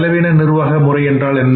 செலவின நிர்வாகமுறை என்றால் என்ன